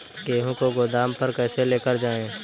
गेहूँ को गोदाम पर कैसे लेकर जाएँ?